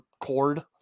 cord